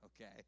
okay